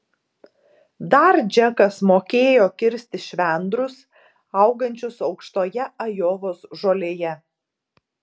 dar džekas mokėjo kirsti švendrus augančius aukštoje ajovos žolėje